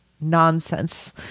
nonsense